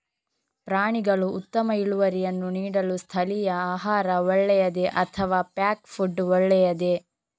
ಪ್ರಾಣಿಗಳು ಉತ್ತಮ ಇಳುವರಿಯನ್ನು ನೀಡಲು ಸ್ಥಳೀಯ ಆಹಾರ ಒಳ್ಳೆಯದೇ ಅಥವಾ ಪ್ಯಾಕ್ ಫುಡ್ ಒಳ್ಳೆಯದೇ?